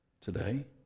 today